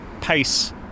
pace